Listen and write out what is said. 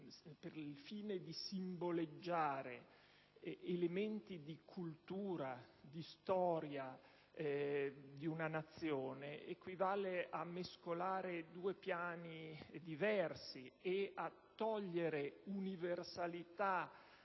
per il fine di simboleggiare elementi di cultura e di storia di una Nazione equivale a mescolare due piani diversi e a togliere universalità